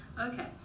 Okay